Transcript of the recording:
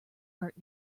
hurt